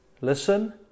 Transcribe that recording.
Listen